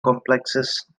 complexes